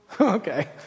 Okay